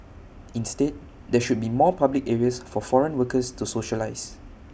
instead there should be more public areas for foreign workers to socialise